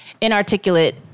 inarticulate